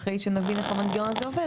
אחרי שנבין איך המנגנון הזה עובד,